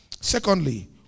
Secondly